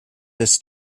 this